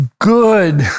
good